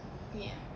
ya